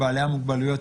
בעלי המוגבלויות,